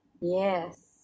Yes